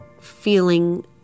feeling